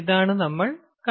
ഇതാണ് നമ്മൾ കണ്ടത്